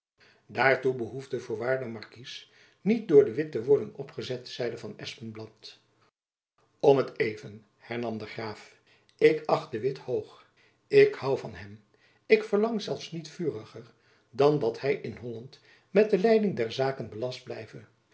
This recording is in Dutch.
daartoe behoefde voorwaar de markies niet door de witt te worden opgezet zeide van espenblad om t even hernam de graaf ik acht de witt hoog ik hoû van hem ik verlang zelfs niets vuriger dan dat hy in holland met de leiding der zaken belast blijve